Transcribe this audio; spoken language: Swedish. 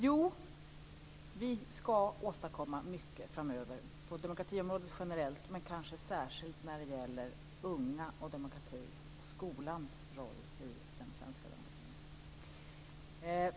Jo, vi ska åstadkomma mycket framöver på demokratiområdet generellt, men kanske särskilt när det gäller unga och demokrati, skolans roll i den svenska demokratin.